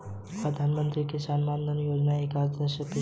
प्रधानमंत्री किसान मानधन योजना एक अंशदाई पेंशन योजना है